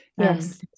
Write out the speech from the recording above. Yes